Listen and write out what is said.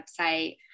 website